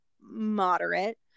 moderate